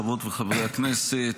חברות וחברי הכנסת,